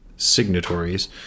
signatories